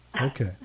Okay